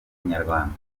inyarwanda